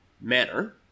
manner